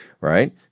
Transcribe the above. right